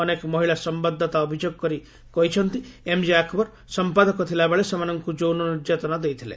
ଅନେକ ମହିଳା ସମ୍ଭାଦଦାତା ଅଭିଯୋଗ କରି କହିଛନ୍ତି ଏମ୍ଜେ ଆକ୍ବର ସମ୍ପାଦକ ଥିଲାବେଳେ ସେମାନଙ୍କୁ ଯୌନ ନିର୍ଯାତନା ଦେଇଥିଲେ